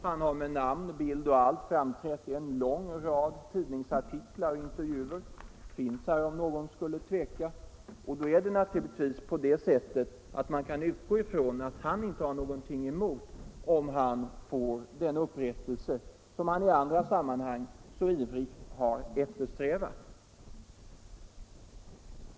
Han har med namn, bild och allt framträtt i en lång rad tidningsartiklar och intervjuer — de finns här om någon skulle tveka. Då kan man naturligtvis utgå ifrån att han inte har någonting emot att få den upprättelse som han i andra sammanhang så ivrigt har eftersträvat.